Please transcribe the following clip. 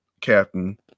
captain